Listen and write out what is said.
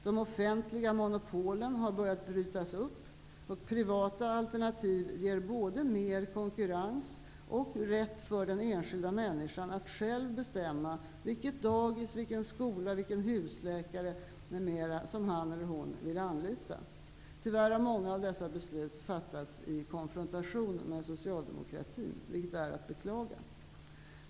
De offentliga monopolen har börjat brytas upp, och privata alternativ ger både mer konkurrens och rätt för den enskilda människan att själv bestämma vilket dagis, vilken skola, vilken husläkare m.m. som han eller hon vill anlita. Tyvärr har många av dessa beslut fattats i konfrontation med socialdemokratin, vilket är att beklaga.